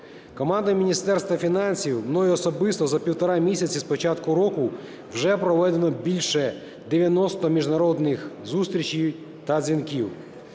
Командою Міністерства фінансів, мною особисто за півтора місяці з початку року вже проведено більше 90 міжнародних зустрічей та дзвінків.